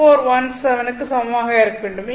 2417 க்கு சமமாக இருக்க வேண்டும்